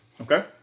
okay